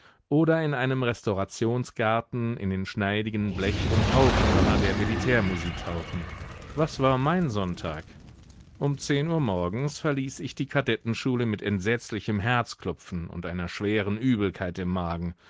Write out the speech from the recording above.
oder in einem restaurationsgarten in den schneidigen blech und paukendonner der militärmusik tauchen was war mein sonntag um zehn uhr morgens verließ ich die kadettenschule mit entsetzlichem herzklopfen und einer schweren übelkeit im magen